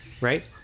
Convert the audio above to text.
right